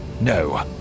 No